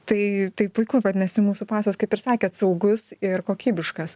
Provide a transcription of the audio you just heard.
tai tai puiku vadinasi mūsų pasas kaip ir sakėt saugus ir kokybiškas